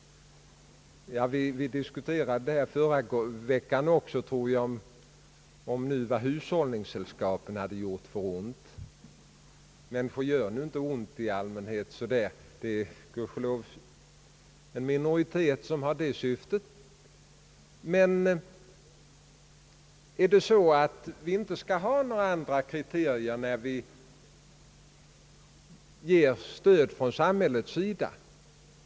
Vi diskuterade i förra veckan om vad hushållningssällskapen hade gjort för ont. Människor gör nu inte ont i allmänhet, det är gudskelov bara en minoritet som har sådana avsikter. Skall vi inte ha några andra kriterier när staten lämnar sitt stöd?